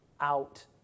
out